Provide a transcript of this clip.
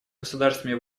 государствами